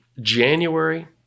January